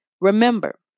Remember